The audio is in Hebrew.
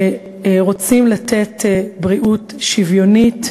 שרוצים לתת בריאות שוויונית,